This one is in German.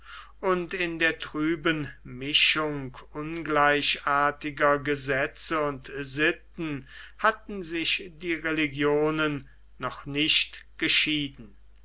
und in der trüben mischung ungleichartiger gesetze und sitten hatten sich die religionen noch nicht geschieden